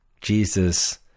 Jesus